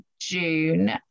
June